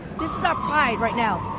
this is our pride right now.